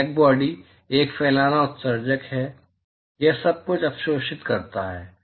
blackbody एक फैलाना उत्सर्जक है यह सब कुछ अवशोषित करता है